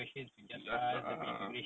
you ask lah ah